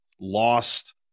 lost